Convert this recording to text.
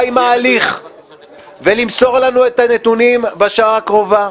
עם ההליך ולמסור לנו את הנתונים בשעה הקרובה.